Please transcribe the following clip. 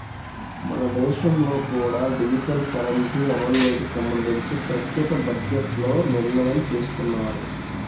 మన దేశంలో కూడా డిజిటల్ కరెన్సీ అమలుకి సంబంధించి ప్రస్తుత బడ్జెట్లో నిర్ణయం తీసుకున్నారు